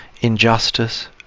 injustice